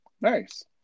nice